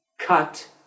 cut